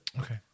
Okay